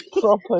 proper